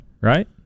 Right